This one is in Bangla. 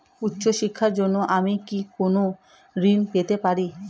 উচ্চশিক্ষার জন্য আমি কি কোনো ঋণ পেতে পারি?